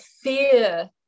fear